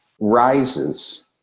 rises